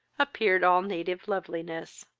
appeared all native loveliness.